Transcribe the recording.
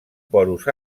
porus